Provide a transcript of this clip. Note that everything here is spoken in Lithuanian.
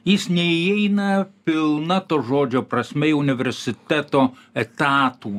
jis neįeina pilna to žodžio prasme į universiteto etatų